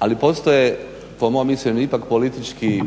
Ali postoje po mom mišljenju ipak politički